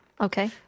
Okay